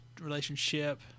relationship